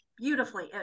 beautifully